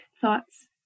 thoughts